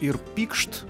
ir pykšt